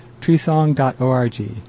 treesong.org